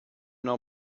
know